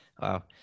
Wow